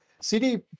CD